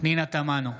פנינה תמנו,